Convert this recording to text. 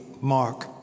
mark